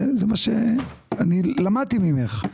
למדתי ממך.